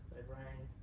they've rang,